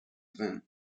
event